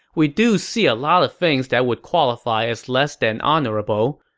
we do see a lot of things that would qualify as less than honorable.